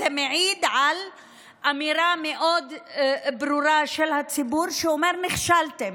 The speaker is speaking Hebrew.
זה מעיד על אמירה ברורה של הציבור, שאומר: נכשלתם,